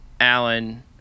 Allen